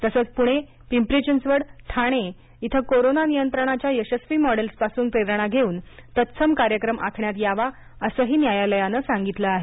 तसंच पुण पिंपरी चिंचवड ठाणे इथं कोरोना नियंत्रणाच्या यशस्वी मॉडेल्सपासून प्रेरणा घेऊन तत्सम कार्यक्रम आखण्यात यावा असंही न्यायालयाने सांगितलं आहे